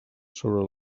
sobre